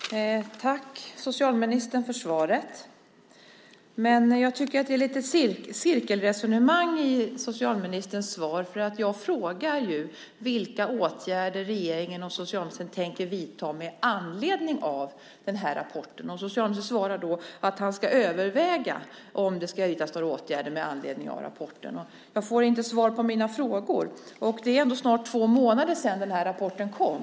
Herr talman! Tack, socialministern för svaret. Jag tycker att det är lite cirkelresonemang i socialministerns svar. Jag frågar ju vilka åtgärder regeringen och socialministern tänker vidta med anledning av rapporten. Socialministern svarar att han ska överväga om det ska vidtas några åtgärder med anledning av rapporten. Jag får inte svar på mina frågor. Det är ändå snart två månader sedan rapporten kom.